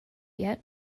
yet